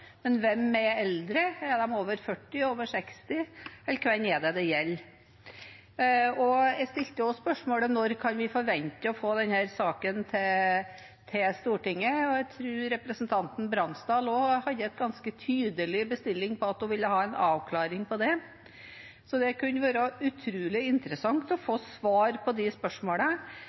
men hvem er eldre? Er de over 40, over 60, eller hvem er det det gjelder? Og jeg stilte også spørsmålet: Når kan vi forvente å få denne saken til Stortinget? Jeg tror representanten Bransdal også har gitt en ganske tydelig bestilling på at hun vil ha en avklaring på det, så det kunne vært utrolig interessant å få svar på de